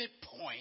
point